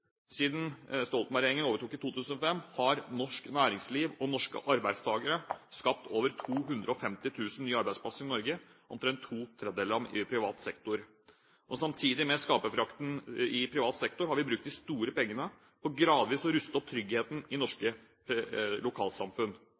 Siden Stoltenberg-regjeringen overtok i 2005, har norsk næringsliv og norske arbeidstakere skapt over 250 000 nye arbeidsplasser i Norge – omtrent to tredjedeler av dem i privat sektor. Samtidig med at vi har skaperkraften i privat sektor, har vi brukt de store pengene på gradvis å ruste opp tryggheten i norske lokalsamfunn.